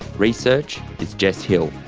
research is jess hill,